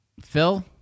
Phil